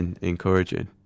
encouraging